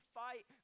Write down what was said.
fight